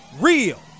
real